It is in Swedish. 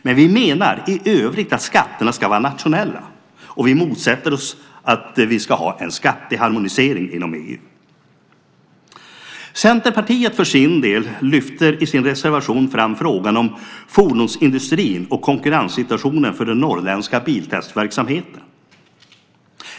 Men vi menar i övrigt att skatterna ska vara nationella och motsätter oss att vi ska ha en skatteharmonisering inom EU. Centerpartiet för sin del lyfter i sin reservation fram frågan om fordonsindustrin och konkurrenssituationen för den norrländska biltestverksamheten.